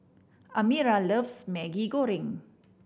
Amira loves Maggi Goreng